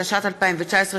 התשע"ט 2019,